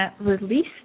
release